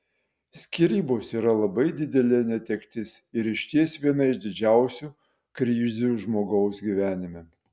skyrybos yra labai didelė netektis ir išties viena iš didžiausių krizių žmogaus gyvenime